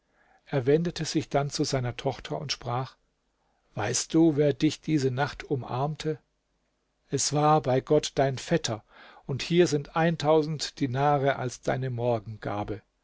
er wendete sich dann zu seiner tochter und sprach weißt du wer dich diese nacht umarmte es war bei gott dein vetter und hier sind dinare als deine morgengabe